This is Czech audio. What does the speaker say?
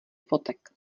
fotek